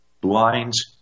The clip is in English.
blinds